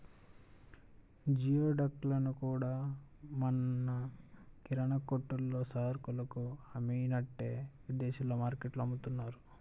geoduck లను కూడా మన కిరాణా కొట్టుల్లో సరుకులు అమ్మినట్టే విదేశాల్లో మార్టుల్లో అమ్ముతున్నారు